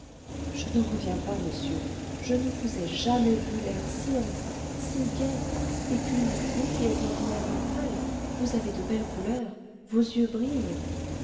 je n'en reviens pas monsieur je ne vous ai jamais vu l'air si en train si gai et puis vous qui êtes ordinairement pâle vous avez de belles couleurs vos yeux brillent